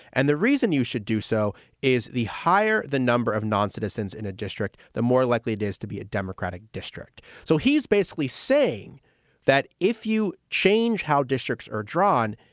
and the reason you should do so is the higher the number of noncitizens in a district, the more likely it is to be a democratic district. so he's basically saying that if you change how districts are drawn,